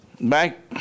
Back